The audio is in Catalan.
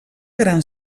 gran